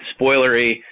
spoilery